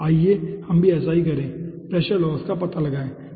आइए हम भी ऐसा ही करें प्रेशर लॉस का पता लगाएं ठीक है